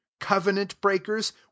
covenant-breakers